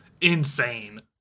insane